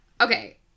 Okay